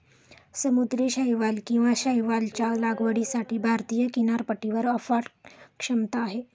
समुद्री शैवाल किंवा शैवालच्या लागवडीसाठी भारतीय किनारपट्टीवर अफाट क्षमता आहे